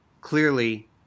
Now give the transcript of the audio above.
clearly